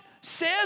says